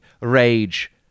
Rage